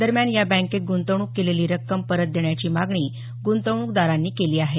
दरम्यान या बँकेत गृंतवणूक केलेली रक्कम परत देण्याची मागणी गुंतवणूकदारांनी केली आहे